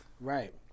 Right